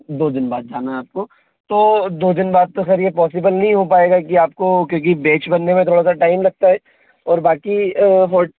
दो दिन बाद जाना है आप को तो दो दिन बाद तो खैर ये पॉसिबल नहीं हो पाएगा कि आप को क्योंकि बैच बनने में थोड़ा टाइम लगता है और बाकी होट